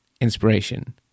inspiration